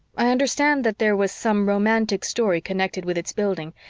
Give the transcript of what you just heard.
i understand that there was some romantic story connected with its building,